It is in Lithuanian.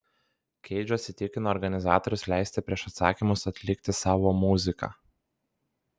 keidžas įtikino organizatorius leisti prieš atsakymus atlikti savo muziką